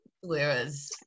Whereas